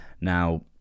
now